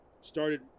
started